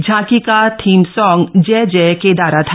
झांकी का theme song जय जय केदारा था